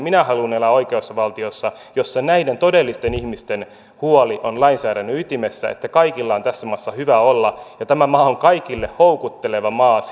minä haluan elää oikeusvaltiossa jossa näiden todellisten ihmisten huoli on lainsäädännön ytimessä että kaikilla on tässä maassa hyvä olla ja tämä maa on kaikille houkutteleva maa